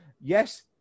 yes